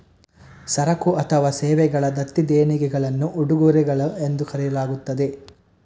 ಸರಕು ಅಥವಾ ಸೇವೆಗಳ ದತ್ತಿ ದೇಣಿಗೆಗಳನ್ನು ಉಡುಗೊರೆಗಳು ಎಂದು ಕರೆಯಲಾಗುತ್ತದೆ